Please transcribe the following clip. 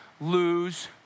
lose